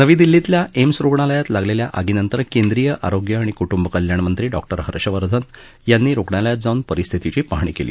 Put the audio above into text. नवी दिल्लीतल्या एम्स रुग्णालयात लागलेल्या आगीनंतर केंद्रीय आरोग्य आणि कुटुंबकल्याणमंत्री डॉ हर्षवर्धन यांनी रुग्णालयात जाऊन परिस्थितीची पाहणी केली